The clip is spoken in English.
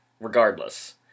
Regardless